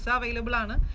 so available. and